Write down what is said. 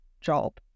job